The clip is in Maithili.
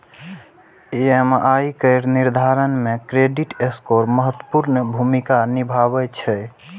ई.एम.आई केर निर्धारण मे क्रेडिट स्कोर महत्वपूर्ण भूमिका निभाबै छै